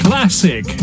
Classic